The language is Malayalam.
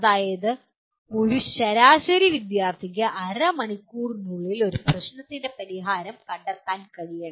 അതായത് ഒരു ശരാശരി വിദ്യാർത്ഥിക്ക് അരമണിക്കൂറിനുള്ളിൽ ഒരു പ്രശ്നത്തിന് പരിഹാരം കണ്ടെത്താൻ കഴിയണം